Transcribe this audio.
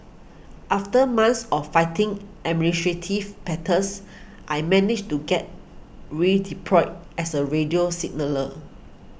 after months of fighting administrative I managed to get redeployed as a radio signaller